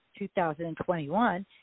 2021